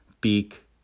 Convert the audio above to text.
beak